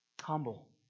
Humble